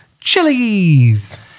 chilies